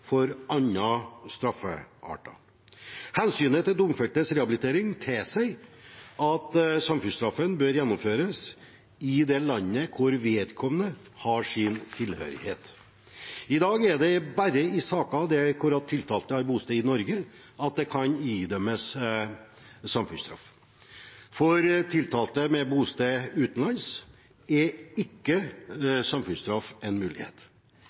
for andre straffarter. Hensynet til domfeltes rehabilitering tilsier at samfunnsstraffen bør gjennomføres i det landet vedkommende har sin tilhørighet. I dag er det bare i saker der tiltalte har bosted i Norge, at det kan idømmes samfunnsstraff. For tiltalte med bosted utenlands er ikke samfunnsstraff en mulighet.